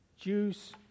Jews